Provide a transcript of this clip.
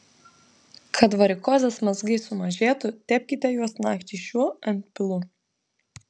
kad varikozės mazgai sumažėtų tepkite juos nakčiai šiuo antpilu